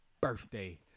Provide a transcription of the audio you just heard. birthday